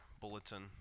bulletin